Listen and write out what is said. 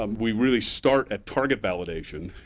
um we really start at target validation.